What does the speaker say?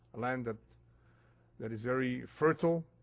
a land that that is very fertile,